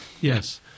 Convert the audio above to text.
yes